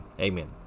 Amen